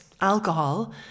alcohol